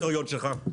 מי הדירקטוריון שלך?